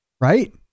right